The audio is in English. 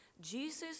Jesus